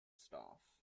staff